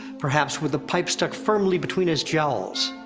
perhaps, with the pipe stuck firmly between his jowls.